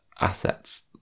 assets